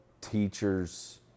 teachers